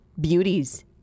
Beauties